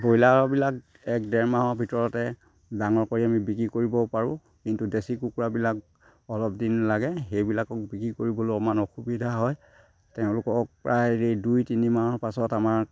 ব্ৰইলাৰবিলাক এক ডেৰ মাহৰ ভিতৰতে ডাঙৰ কৰি আমি বিক্ৰী কৰিব পাৰোঁ কিন্তু দেচি কুকুৰাবিলাক অলপ দিন লাগে সেইবিলাকক বিক্ৰী কৰিবলৈ অকমান অসুবিধা হয় তেওঁলোকক প্ৰায় দুই তিনিমাহৰ পাছত আমাৰ